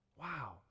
Wow